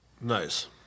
Nice